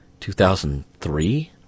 2003